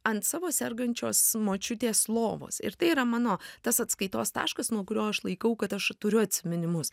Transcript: ant savo sergančios močiutės lovos ir tai yra mano tas atskaitos taškas nuo kurio aš laikau kad aš turiu atsiminimus